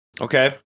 Okay